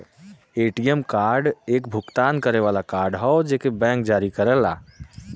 ATM card एक भुगतान करे वाला कार्ड हौ जेके बैंक जारी करेला